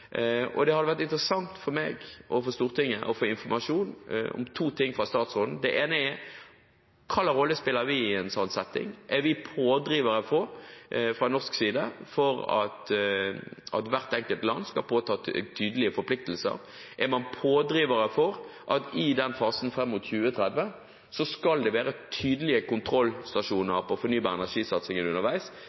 dette. Det hadde vært interessant for meg og for Stortinget å få informasjon om to ting fra statsråden. Det ene er: Hvilken rolle spiller vi i en slik setting? Er vi fra norsk side pådrivere for at hvert enkelt land skal påta seg tydelige forpliktelser? Er man pådriver for at i den fasen fram mot 2030 skal det være tydelige kontrollstasjoner for fornybar energi-satsingen underveis,